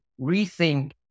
rethink